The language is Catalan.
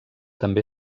també